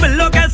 but look